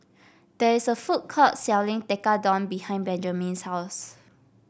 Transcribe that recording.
there is a food court selling Tekkadon behind Benjamin's house